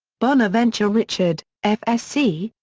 bonaventure richard, f s c,